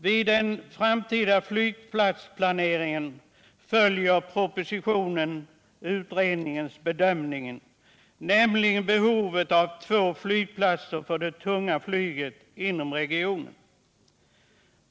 Vid den framtida flygplatsplaneringen följer propositionen utredningens bedömning, nämligen behovet av två flygplatser för det tunga flyget inom regionen.